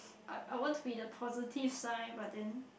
I want to be the positive sign but then